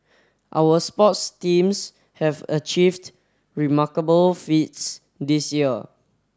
our sports teams have achieved remarkable feats this year